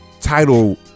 title